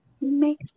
Make